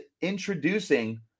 introducing